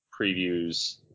previews